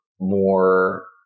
more